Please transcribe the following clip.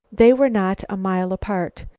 they were not a mile apart,